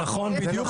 זה נכון בדיוק,